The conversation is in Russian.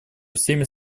всеми